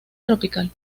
tropical